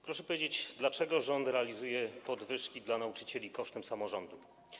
Proszę powiedzieć, dlaczego rząd realizuje podwyżki dla nauczycieli kosztem samorządów.